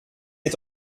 est